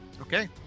Okay